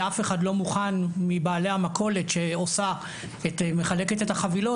ואף אחד לא מוכן מבעלי המכולת שמחלקת את החבילות,